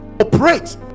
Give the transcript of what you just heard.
operate